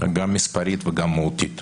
גם מספרית וגם מהותית.